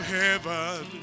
heaven